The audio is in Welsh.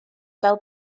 fel